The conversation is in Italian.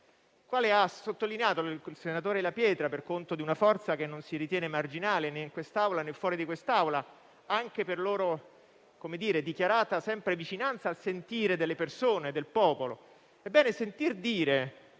d'Italia, pronunciata dal senatore La Pietra per conto di una forza che non si ritiene marginale né in quest'Aula, né fuori da quest'Aula, anche per la sua sempre dichiarata vicinanza al sentire delle persone, del popolo. Ebbene, sentir dire